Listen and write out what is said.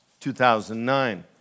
2009